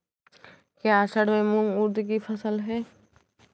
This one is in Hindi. क्या असड़ में मूंग उर्द कि फसल है?